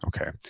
Okay